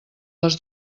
les